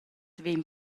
vegn